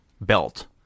belt